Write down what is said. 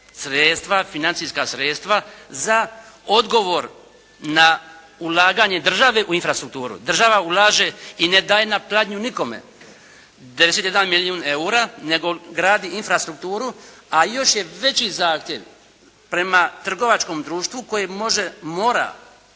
sredstva, financijska sredstva za odgovor na ulaganje države u infrastrukturu. Država ulaže i ne daje na pladnju nikome 91 milijun eura nego gradi infrastrukturu, a još je veći zahtjev prema trgovačkom društvu koje može, mora